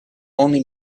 only